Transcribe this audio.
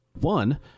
One